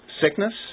sickness